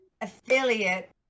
affiliate